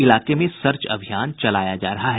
इलाके में सर्च अभियान चलाया जा रहा है